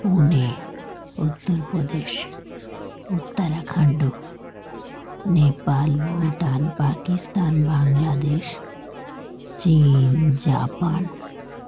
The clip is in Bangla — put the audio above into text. পুনে উত্তরপ্রদেশ উত্তরাখণ্ড নেপাল ভুটান পাকিস্তান বাংলাদেশ চীন জাপান